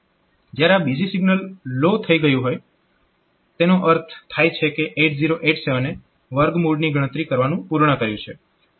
જ્યારે આ busy signal low થઈ રહ્યું હોય તેનો અર્થ થાય છે કે 8087 એ વર્ગમૂળની ગણતરી કરવાનું પૂર્ણ કર્યું છે